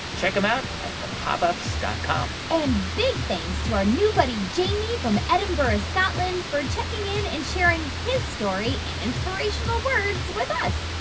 check them out at thepopups dot com and big thanks to our new buddy jamie from edinburgh, scotland for checking in and sharing his story and inspirational words with us.